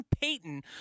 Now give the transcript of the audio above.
Payton